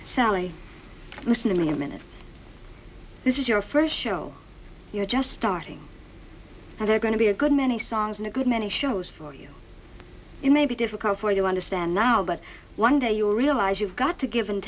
sally listen to me a minute this is your first show you're just starting and they're going to be a good many songs and a good many shows for you you may be difficult for you understand now but one day you'll realize you've got to give and